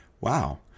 wow